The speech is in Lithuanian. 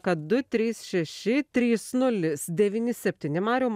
kad du trys šeši trys nulis devyni septyni mariau